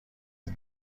این